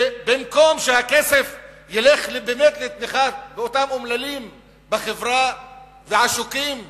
ובמקום שהכסף ילך באמת לתמיכה באותם אומללים ועשוקים בחברה,